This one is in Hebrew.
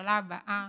הממשלה הבאה,